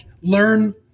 learn